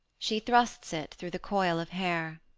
she thrusts it through the coil of hair.